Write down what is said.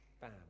bam